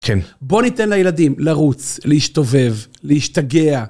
כן. בוא ניתן לילדים לרוץ, להשתובב, להשתגע.